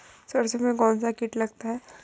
सरसों में कौनसा कीट लगता है?